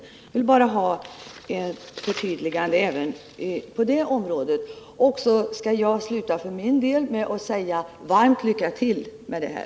Jag vill bara ha ett förtydligande även på det området, och sedan skall jag sluta med att säga ett varmt: Lycka till med det här!